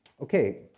Okay